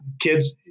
kids